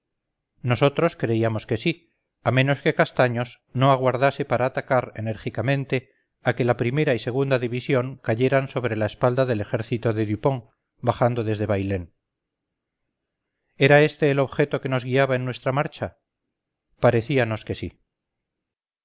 nosotros creíamos que sí a menos que castaños no aguardase para atacar enérgicamente a que la primera y segunda división cayeran sobre la espalda del ejército de dupont bajando desde bailén era este el objeto que nos guiaba en nuestra marcha parecíanos que sí